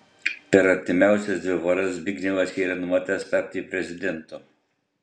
per artimiausias dvi paras zbignevas yra numatęs tapti prezidentu